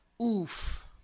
Oof